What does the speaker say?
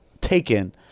taken